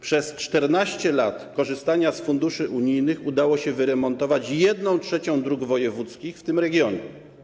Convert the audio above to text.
Przez 14 lat korzystania z funduszy unijnych udało się wyremontować 1/3 dróg wojewódzkich w tym regionie.